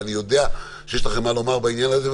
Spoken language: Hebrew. ואני יודע שיש לכם מה לומר בעניין הזה,